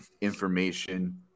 information